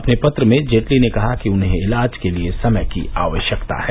अपने पत्र में जेटली ने कहा कि उन्हें इलाज के लिए समय की आवश्यकता है